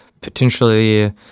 potentially